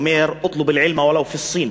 אומר: אטלבּ אל-עלם ולו פי אל-צין,